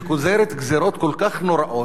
שגוזרת גזירות כל כך נוראות,